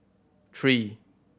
three